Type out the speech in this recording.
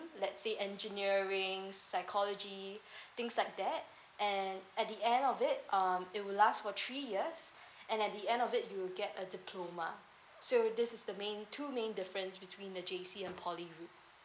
let's say engineering psychology things like that and at the end of it um it will last for three years and at the end of it you will get a diploma so this is the main two main difference between the J_C and poly route